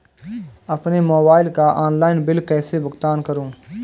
अपने मोबाइल का online bill कैसे भुगतान करूं?